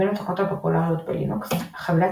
בין התוכנות הפופולריות בלינוקס חבילת